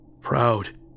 Proud